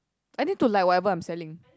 I need to like whatever I'm selling